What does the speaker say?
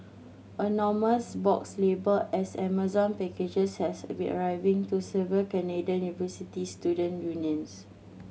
anonymous boxes labelled as Amazon packages has been arriving to several Canadian university student unions